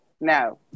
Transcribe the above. No